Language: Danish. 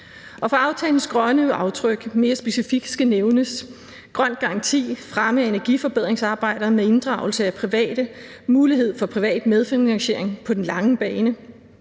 af. For aftalens grønne aftryk skal mere specifikt nævnes grøn garanti; fremme af energiforbedringsarbejder med inddragelse af private; mulighed for privat medfinansiering på den lange bane;